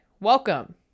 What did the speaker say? welcome